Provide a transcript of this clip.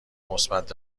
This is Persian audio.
مثبت